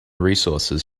resources